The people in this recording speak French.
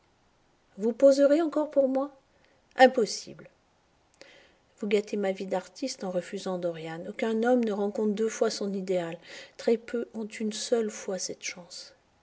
vous poserez encore pour moi impossible vous gâtez ma vie d'artiste en refusant dorian aucun homme ne rencontre deux fois son idéal très peu ont une seule fois cette chance